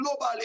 globally